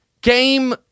game